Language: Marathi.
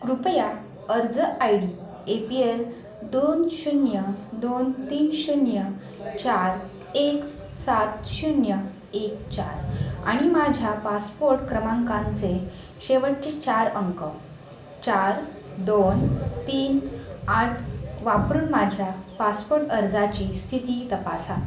कृपया अर्ज I D A P L दोन शून्य दोन तीन शून्य चार एक सात शून्य एक चार आणि माझ्या पासपोर्ट क्रमांकाचे शेवटचे चार अंक चार दोन तीन आठ वापरून माझ्या पासपोर्ट अर्जाची स्थिती तपासा